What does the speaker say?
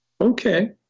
Okay